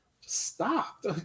stop